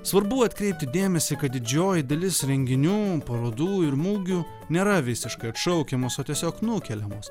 svarbu atkreipti dėmesį kad didžioji dalis renginių parodų ir mugių nėra visiškai atšaukiamos o tiesiog nukeliamos